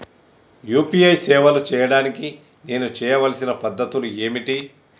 UPI సేవలు చేయడానికి నేను చేయవలసిన పద్ధతులు ఏమిటి?